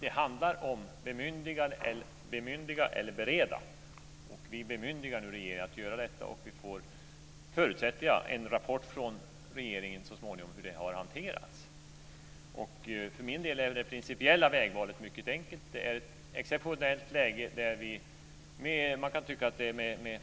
Det handlar om huruvida man ska bemyndiga eller bereda, och vi bemyndigar nu regeringen att göra detta. Vi får, förutsätter jag, så småningom en rapport från regeringen om hur det har hanterats. För min del är det principiella vägvalet mycket enkelt. Det är ett exceptionellt läge. Man kan tycka att vi gör det med